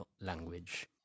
language